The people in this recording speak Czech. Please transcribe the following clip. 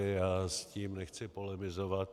Já s tím nechci polemizovat.